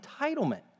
entitlement